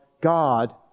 God